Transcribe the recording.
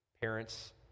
parents